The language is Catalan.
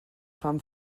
fan